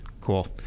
Cool